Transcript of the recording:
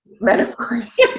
metaphors